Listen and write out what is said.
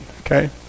okay